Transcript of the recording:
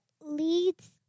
leads